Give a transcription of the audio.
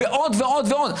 כל זה הוא לא עוצר.